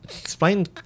explain